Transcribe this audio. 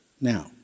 now